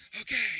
Okay